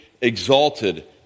exalted